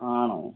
ആണോ